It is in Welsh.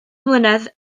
mlynedd